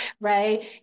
right